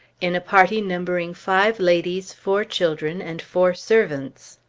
in a party numbering five ladies, four children, and four servants.